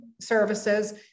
services